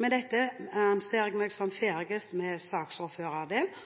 Med dette anser jeg meg som ferdig med